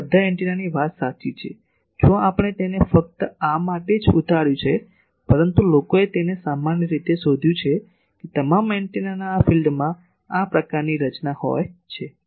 હવે આ બધા એન્ટેનાની વાત સાચી છે જોકે આપણે તેને ફક્ત આ માટે જ ઉતાર્યું છે પરંતુ લોકોએ તેને સામાન્ય રીતે શોધ્યું છે કે તમામ એન્ટેનાના આ ફિલ્ડમાં આ પ્રકારની રચના હોય છે